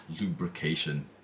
lubrication